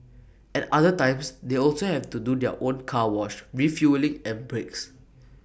at other times they also have to do their own car wash refuelling and breaks